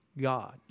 God